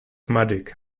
magic